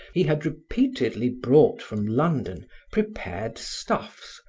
he had repeatedly brought from london prepared stuffs,